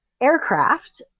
aircraft